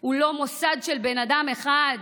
הוא לא מוסד של בן אדם אחד.